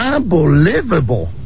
Unbelievable